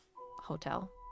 hotel